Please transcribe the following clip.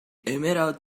emerald